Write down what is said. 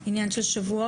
זה עניין של שבועות?